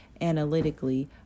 analytically